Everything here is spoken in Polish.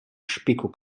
szpiku